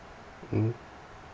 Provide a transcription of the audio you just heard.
mmhmm